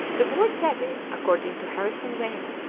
the word tabby, according to harrison weir,